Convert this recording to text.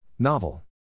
Novel